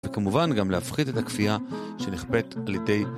וכמובן גם להפחית את הכפייה שנכפית על ידי...